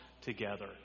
together